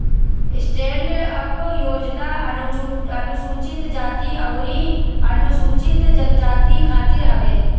stand up योजना अनुसूचित जाती अउरी अनुसूचित जनजाति खातिर हवे